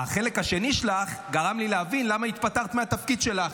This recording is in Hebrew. החלק השני שלך גרם לי להבין למה התפטרת מהתפקיד שלך,